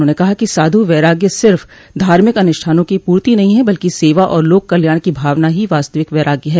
उन्होंने कहा कि साधु वैराग्य सिर्फ़ धार्मिक अनुष्ठानों की पूर्ति नहीं है बल्कि सेवा और लोक कल्याण की भावना ही वास्तविक वैराग्य है